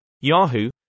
yahoo